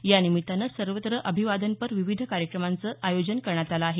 या निमित्तानं सर्वत्र अभिवादनपर विविध कार्यक्रमांचं आयोजन करण्यात आलं आहे